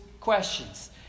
questions